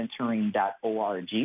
mentoring.org